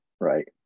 right